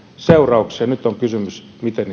seurauksia nyt kysymys on miten